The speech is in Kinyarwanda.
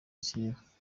kera